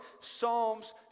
Psalms